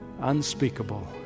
unspeakable